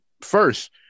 first